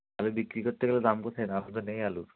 আলু বিক্রি করতে গেলে দাম কোথায় দাম তো নেই আলুর